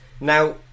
Now